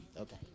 Okay